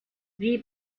wie